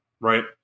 Right